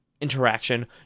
interaction